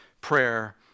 prayer